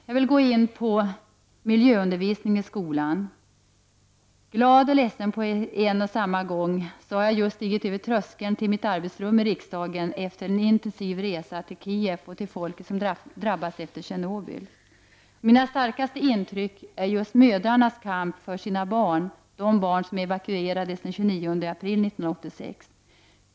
Jag vill nu gå in på miljöundervisningen i skolan, glad och ledsen på samma gång. Jag har just stigit över tröskeln till mitt arbetsrum i riksdagen efter en intensiv resa till Kiev och till folket som drabbats i Tjernobyl. Mitt starkaste intryck är mödrarnas kamp för sina barn — de barn som evakuerades den 29 april 1986.